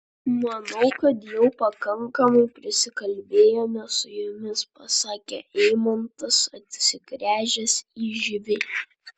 manau kad jau pakankamai prisikalbėjome su jumis pasakė eimantas atsigręžęs į živilę